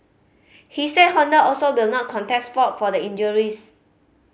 he said Honda also will not contest fault for the injuries